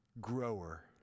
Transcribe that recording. grower